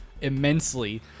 immensely